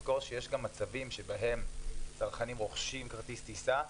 לזכור שיש מצבים שבהם צרכנים רוכשים כרטיס טיסה,